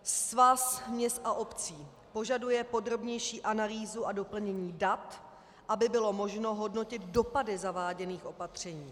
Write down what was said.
Svaz měst a obcí požaduje podrobnější analýzu a doplnění dat, aby bylo možno hodnotit dopady zaváděných opatření.